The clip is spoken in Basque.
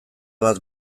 bat